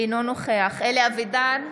אינו נוכח אלי אבידר,